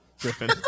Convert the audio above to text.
Griffin